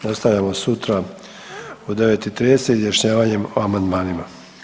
Nastavljamo sutra u 9 i 30 izjašnjavanjem o amandmanima.